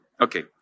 Okay